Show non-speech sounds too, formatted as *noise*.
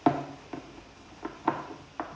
*noise*